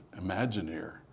imagineer